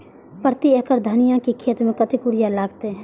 प्रति एकड़ धनिया के खेत में कतेक यूरिया लगते?